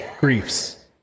griefs